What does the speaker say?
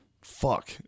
Fuck